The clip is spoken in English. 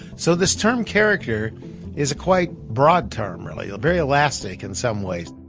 so this term character is a quite broad term, really, very elastic in some ways